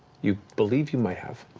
you believe you might have.